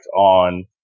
on